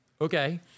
Okay